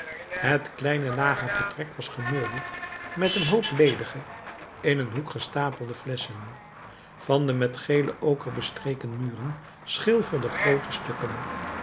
het kleine lage vertrek was gemeubeld met een hoop ledige in een hoek gestapelde flesschen van den met gele oker bestreken muur schilferden groote stukken